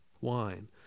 wine